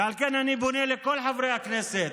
ועל כן אני פונה לכל חברי הכנסת: